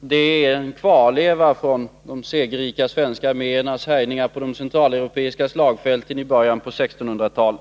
Det är en kvarleva från de segerrika svenska arméernas härjningar på de centraleuropeiska slagfälten i början av 1600-talet,